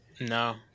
No